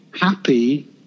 happy